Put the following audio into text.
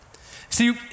See